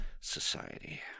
Society